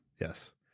Yes